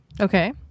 okay